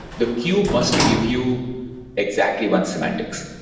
the queue must give you exactly one's semantics,